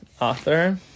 author